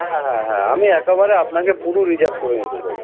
হ্যাঁ হ্যাঁ হ্যাঁ আমি একাবারে আপনাকে পুরো রিজার্ভ করে নিতে চাইছি